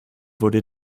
wurde